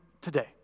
today